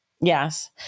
Yes